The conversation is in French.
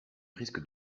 risques